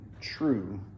true